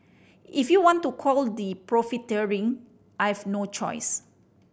if you want to call the profiteering I've no choice